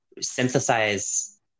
synthesize